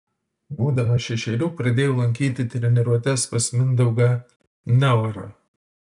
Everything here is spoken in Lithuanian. būdamas šešerių pradėjau lankyti treniruotes pas mindaugą neorą